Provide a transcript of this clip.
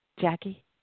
Jackie